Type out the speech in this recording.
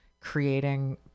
creating